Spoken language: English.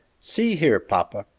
see here, papa!